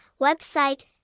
Website